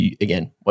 again